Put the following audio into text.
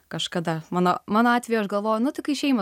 kažkada mano mano atveju aš galvoju nu tik išėjimą